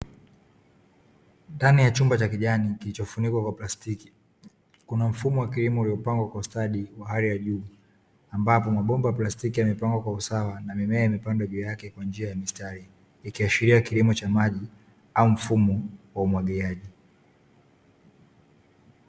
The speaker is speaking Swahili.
Ndani ya chumba cha kijani kilichofunikwa kwa plastiki, kuna mfumo wa kilimo uliopangwa kwa ustadi wa hali ya juu, ambapo mabomba plastiki yamepangwa kwa usawa na mimea imepandwa juu yake kwa njia ya mistari, ikiashiria kilimo cha maji au mfumo wa umwagiliaji.